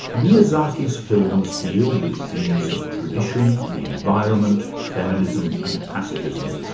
miyazaki's films deal with themes of tradition, the environment, feminism and passivism.